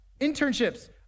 Internships